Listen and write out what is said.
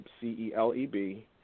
C-E-L-E-B